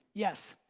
yes.